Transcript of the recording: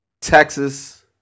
Texas